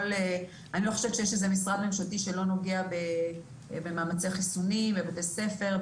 אני לא חושבת שיש איזה משרד ממשלתי שלא נוגע במאמצי חיסונים בבתי הספר,